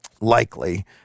likely